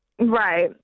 right